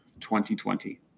2020